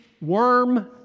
worm